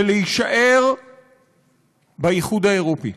ולהישאר באיחוד האירופי,